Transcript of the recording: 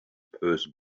person